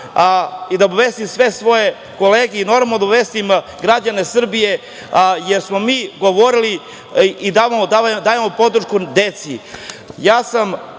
da obavestim sve svoje kolege, normalno da obavestim građane Srbije, jer smo mi govorili i dajemo podršku